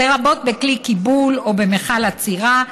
לרבות בכלי קיבול או במכל אצירה,